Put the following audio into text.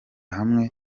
hamwe